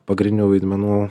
pagrindinių vaidmenų